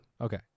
Okay